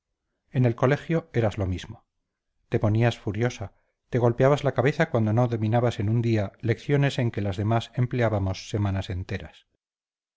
en el colegio eras lo mismo te ponías furiosa te golpeabas la cabeza cuando no dominabas en un día lecciones en que las demás empleábamos semanas enteras